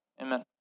amen